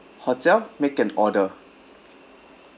hotel make an order